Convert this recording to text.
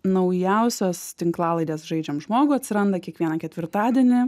naujausias tinklalaidės žaidžiam žmogų atsiranda kiekvieną ketvirtadienį